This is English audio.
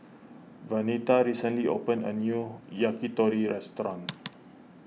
Venita recently opened a new Yakitori restaurant